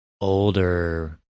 older